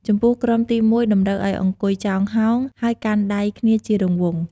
ចំពោះក្រុមទី១ តម្រូវឲ្យអង្គុយចោងហោង ហើយកាន់ដៃគ្នាជារង្វង់។